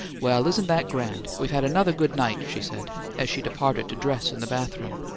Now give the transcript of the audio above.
well, isn't that grand! we've had another good night, she said as she departed to dress in the bathroom.